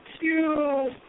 two